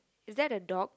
is that a dog